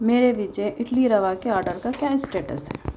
میرے وجے اڈلی روا کے آرڈر کا کیا اسٹیٹس ہے